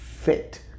Fit